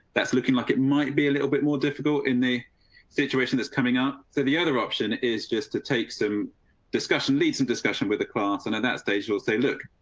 that's looking like it might be a little bit more difficult in the situation that's coming up. so the other option is just to take some discussion, lead some discussion with the class, and at that stage as they look.